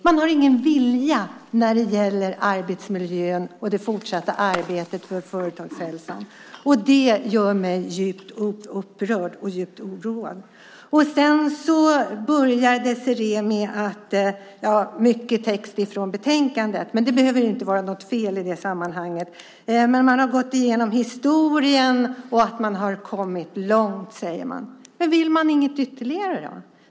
Man har ingen vilja när det gäller arbetsmiljön och det fortsatta arbetet för företagshälsan. Det gör mig djupt upprörd och oroad. Désirée började med att återge mycket text från betänkandet. Det behöver inte vara något fel i det sammanhanget. Men man har gått igenom historien och säger att man har kommit långt. Men vill man inget ytterligare?